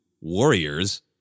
warriors